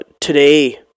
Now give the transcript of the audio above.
Today